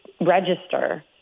register